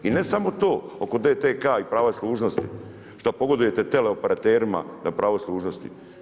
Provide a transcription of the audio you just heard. I ne samo to, oko DTK i pravac dužnosti, šta pogodujete teleoperaterima na pravo služnosti.